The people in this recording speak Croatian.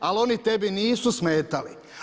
Ali oni tebi nisu smetali.